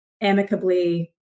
amicably